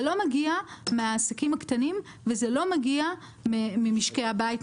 זה לא מגיע מעסקים קטנים וזה לא מגיע לא מממשקי הבית,